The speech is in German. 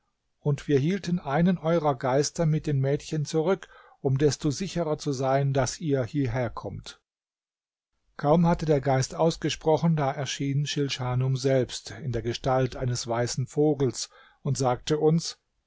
und wir hielten einen eurer geister mit den mädchen zurück um desto sicherer zu sein daß ihr hierher kommt kaum hatte der geist ausgesprochen da erschien schilschanum selbst in der gestalt eines weißen vogels und sagte uns